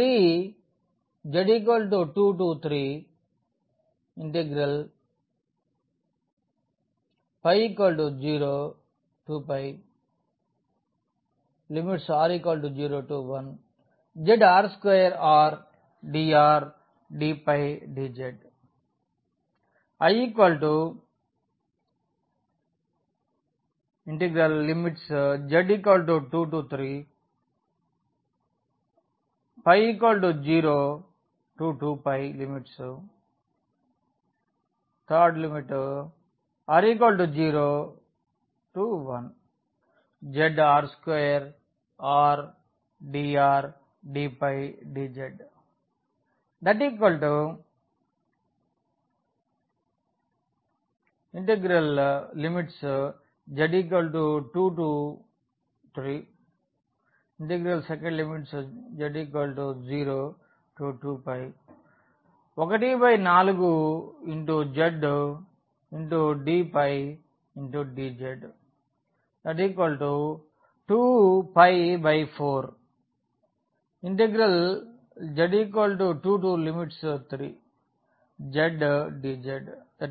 చూడండి స్లయిడ్ సమయం 1945 I z 23φ 02πr 01zr2r drdφdz I z 23φ 02πr 01zr2r drdφdz z 23 02π14z dϕdz